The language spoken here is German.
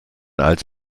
als